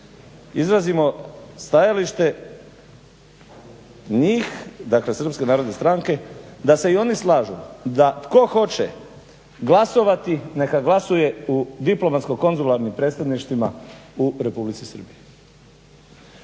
izrazimo stajalište njih dakle Srpske narodne stranke da se i oni slažu da tko hoće glasovati neka glasuje u diplomatsko-konzularnim predstavništvima u Republici Srbiji.